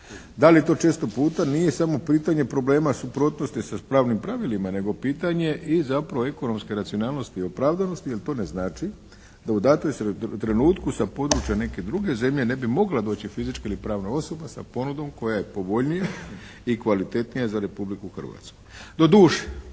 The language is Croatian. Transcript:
da li to često puta nije samo pitanje problema suprotnosti sa pravnim pravilima nego i pitanje zapravo ekonomske racionalnosti i opravdanosti jer to ne znači da u tom trenutku sa područja neke druge zemlje ne bi mogla doći fizička ili pravna osoba sa ponudom koja je povoljnija i kvalitetnija za Republiku Hrvatsku.